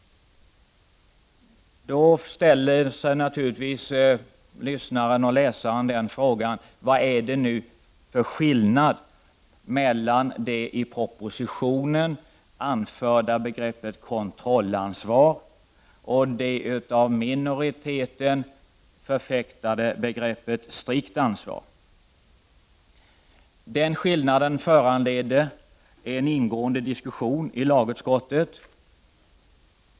Lyssnaren — och läsaren — ställer sig då frågan vad det är för skillnad mellan det i propositionen anförda begreppet kontrollansvar och det av minoriteten förfäktade begreppet strikt ansvar. Den skillnaden föranledde en ingående diskussion i lagutskottet.